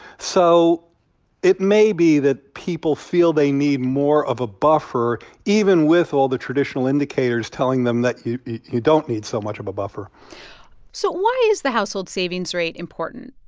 so it may be that people feel they need more of a buffer, even with all the traditional indicators telling them that you you don't need so much of a buffer so why is the household savings rate important?